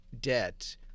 debt